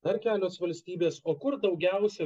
dar kelios valstybės o kur daugiausia